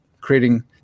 creating